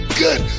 good